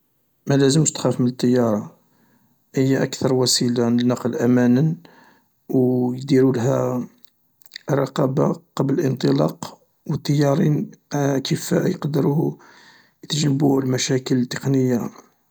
ملازمش تخاف من الطيارة هي أكثر وسيلة للنقل أمانا، و يديرولها رقابة قبل الانطلاق و الطيارين أكفاء يقدرو يتجنبو المشاطل التقنية.